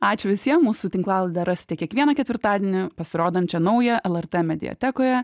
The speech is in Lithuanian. ačiū visiem mūsų tinklalaidę rasite kiekvieną ketvirtadienį pasirodančią naują lrt mediatekoje